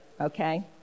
okay